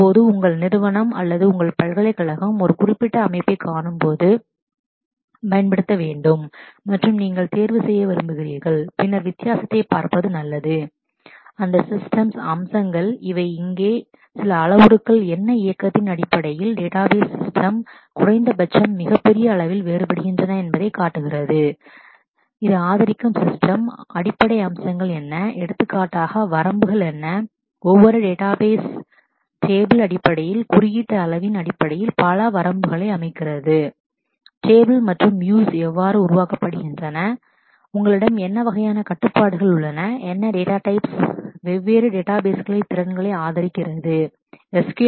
இப்போது உங்கள் நிறுவனம் அல்லது உங்கள் பல்கலைக்கழகம் ஒரு குறிப்பிட்ட அமைப்பைக் காணும்போது பயன்படுத்த வேண்டும் மற்றும் நீங்கள் தேர்வு செய்ய விரும்புகிறீர்கள் பின்னர் வித்தியாசத்தைப் பார்ப்பது நல்லது அந்த சிஸ்டம் அம்சங்கள் இவை இங்கே சில அளவுருக்கள் இயக்கத்தின் அடிப்படையில் டேட்டாபேஸ் சிஸ்டம் குறைந்தபட்சம் மிகப் பெரிய அளவில் வேறுபடுகின்றன என்பதை காட்டுகிறது இது ஆதரிக்கும் சிஸ்டம் அடிப்படை அம்சங்கள் என்ன எடுத்துக்காட்டாக வரம்புகள் என்ன ஒவ்வொரு டேட்டாபேஸ் டேபிள் அடிப்படையில் குறியீட்டு அளவின் அடிப்படையில் பல வரம்புகளை அமைக்கிறது டேபிள் மற்றும் வியூஸ் views எவ்வாறு உருவாக்கப்படுகின்றன created உங்களிடம் என்ன வகையான கட்டுப்பாடுகள் restrictions உள்ளன என்ன டேட்டா டைப்ஸ் datatypes வெவ்வேறு different டேட்டாபேஸ்களை திறன்களை ஆதரிக்கிறது support